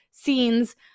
scenes